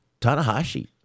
Tanahashi